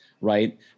right